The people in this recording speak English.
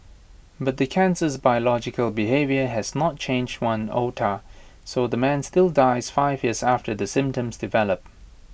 but the cancer's biological behaviour has not changed one iota so the man still dies five years after symptoms develop